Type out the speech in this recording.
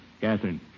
Catherine